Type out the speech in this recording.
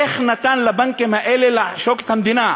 איך נתן לבנקים האלה לעשוק את המדינה?